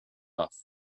off